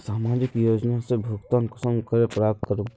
सामाजिक योजना से भुगतान कुंसम करे प्राप्त करूम?